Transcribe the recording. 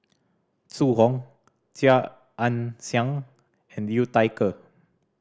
Zhu Hong Chia Ann Siang and Liu Thai Ker